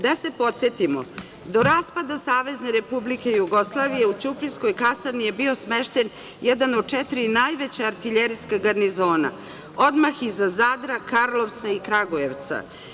Da se podsetimo, do raspada SRJ u ćuprijskoj kasarni je bio smešten jedan od četiri najveća artiljerijska garnizona, odmah iza Zadra, Karlovca i Kragujevca.